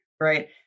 right